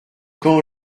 camp